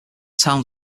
town